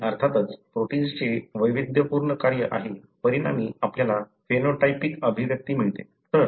आणि अर्थातच प्रोटिन्सचे वैविध्यपूर्ण कार्य आहे परिणामी आपल्याला फिनोटाइपिक अभिव्यक्ती मिळते